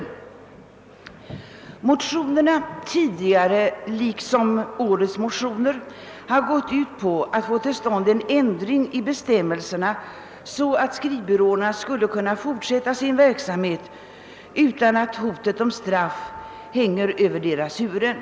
Årets motioner går liksom tidigare års ut på att få till stånd en ändring av bestämmelserna, så att skrivbyråerna skulle kunna fortsätta utan att hotet om straff hänger över deras huvuden.